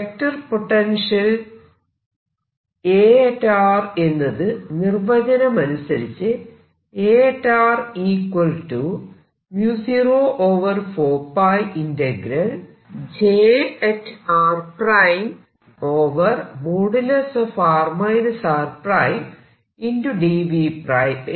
vector potential A എന്നത് നിർവചനമനുസരിച്ച്